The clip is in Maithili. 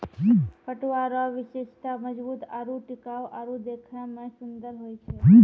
पटुआ रो विशेषता मजबूत आरू टिकाउ आरु देखै मे सुन्दर होय छै